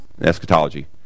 eschatology